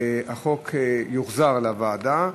החוק יוחזר לוועדה,